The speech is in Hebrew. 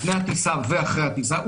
לפני הטיסה ואחרי הטיסה,